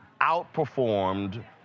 outperformed